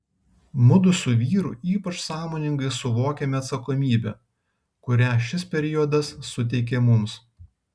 mudu su vyru ypač sąmoningai suvokėme atsakomybę kurią šis periodas suteikė mums